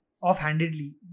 offhandedly